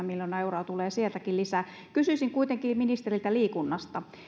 miljoonaa euroa tulee sieltäkin lisää kysyisin kuitenkin ministeriltä liikunnasta